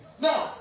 No